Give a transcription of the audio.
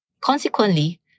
Consequently